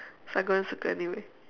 so I go and circle anyway